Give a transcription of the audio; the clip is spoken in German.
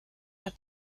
hat